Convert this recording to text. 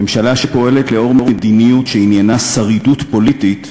ממשלה שפועלת לאור מדיניות שעניינה שרידות פוליטית,